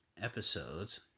episodes